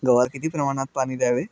गव्हाला किती प्रमाणात पाणी द्यावे?